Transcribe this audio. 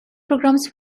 programs